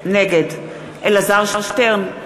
נגד אלעזר שטרן,